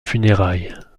funérailles